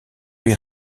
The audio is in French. lui